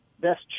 best